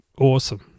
awesome